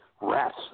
Rats